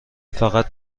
فقط